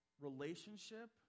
Relationship